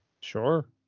Sure